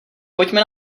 pojďme